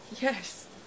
Yes